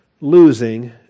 losing